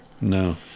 No